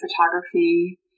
photography